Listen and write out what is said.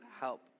help